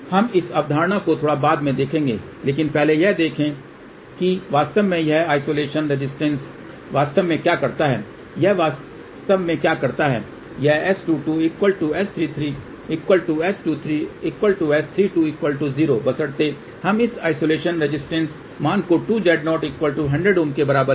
हम इस अवधारणा को थोड़ा बाद में देखेंगे लेकिन पहले यह देखेंगे कि वास्तव में यह आइसोलेशन रेजिस्टेंस वास्तव में क्या करता है यह वास्तव में क्या करता है यह S22 S33 S23 S32 0बशर्ते हम इस आइसोलेशन रेजिस्टेंस मान को 2Z0 100 Ω के बराबर लें